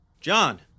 John